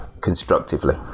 constructively